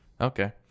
Okay